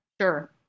Sure